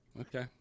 Okay